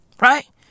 Right